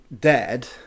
dead